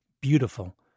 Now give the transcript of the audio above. beautiful